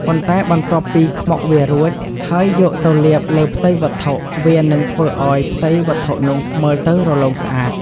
ប៉ុន្តែបន្ទាប់ពីខ្មុកវារួច ហើយយកទៅលាបលើផ្ទៃវត្ថុ វានឹងធ្វើឱ្យផ្ទៃវត្ថុនោះមើលទៅរលោងស្អាត